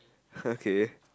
okay